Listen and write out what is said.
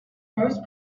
first